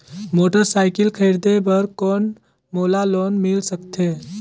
Motorcycle खरीदे बर कौन मोला लोन मिल सकथे?